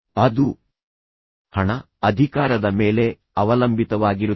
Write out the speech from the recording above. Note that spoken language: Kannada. ಅದು ಹಣ ಅಧಿಕಾರದ ಮೇಲೆ ಅವಲಂಬಿತವಾಗಿರುತ್ತದೆ